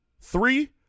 three